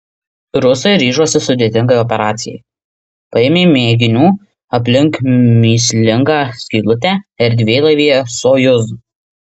rusai ryžosi sudėtingai operacijai paėmė mėginių aplink mįslingą skylutę erdvėlaivyje sojuz